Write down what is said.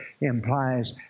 implies